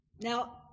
Now